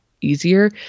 easier